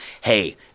hey